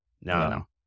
no